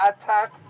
attack